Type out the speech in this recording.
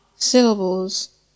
syllables